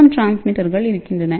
M டிரான்ஸ்மிட்டர்கள் இருக்கின்றன